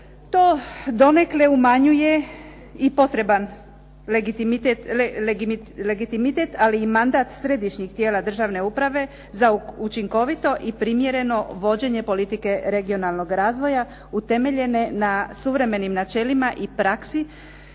To donekle umanjuje i potreban legitimitet, ali i mandat središnjih tijela državne uprave za učinkovito i primjereno vođenje politike regionalnoga razvoja, utemeljene na suvremenim načelima i praksi,